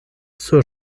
zur